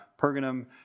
Pergamum